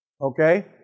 Okay